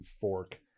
fork